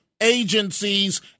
agencies